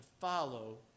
follow